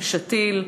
שתי"ל,